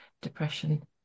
depression